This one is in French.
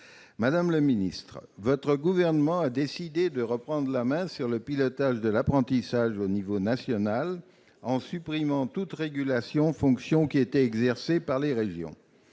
Madame la ministre, votre gouvernement a décidé de reprendre la main sur le pilotage de l'apprentissage au niveau national en supprimant toute régulation, fonction qui était exercée par les régions.